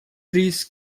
breeze